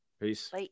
peace